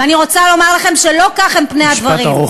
ואני רוצה לומר לכם שלא כך הם פני הדברים.